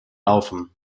laufen